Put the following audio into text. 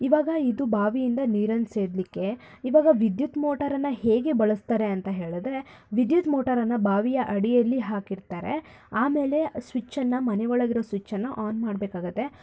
ಈವಾಗ ಇದು ಬಾವಿಯಿಂದ ನೀರನ್ನು ಸೇದಲಿಕ್ಕೆ ಈವಾಗ ವಿದ್ಯುತ್ ಮೋಟರನ್ನು ಹೇಗೆ ಬಳಸ್ತಾರೆ ಅಂತ ಹೇಳಿದ್ರೆ ವಿದ್ಯುತ್ ಮೋಟರನ್ನು ಬಾವಿಯ ಅಡಿಯಲ್ಲಿ ಹಾಕಿರ್ತಾರೆ ಆಮೇಲೆ ಸ್ವಿಚ್ಚನ್ನು ಮನೆ ಒಳಗಿರೋ ಸ್ವಿಚ್ಚನ್ನು ಆನ್ ಮಾಡಬೇಕಾಗತ್ತೆ